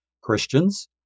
Christians